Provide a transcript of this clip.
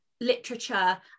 literature